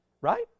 Right